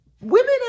women